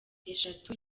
eshatu